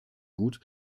gut